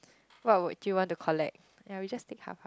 what would you want to collect ya we just take half half